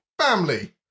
Family